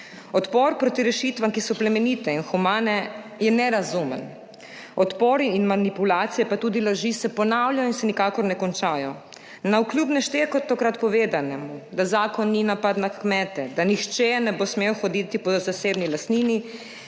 Odpor proti rešitvam, ki so plemenite in humane, je nerazumen. Odpori in manipulacije pa tudi laži se ponavljajo in se nikakor ne končajo. Navkljub neštetokrat povedanemu, da zakon ni napad na kmete, da nihče ne bo smel hoditi po zasebni lastnini,